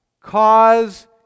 Cause